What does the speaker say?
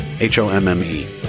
H-O-M-M-E